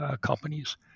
companies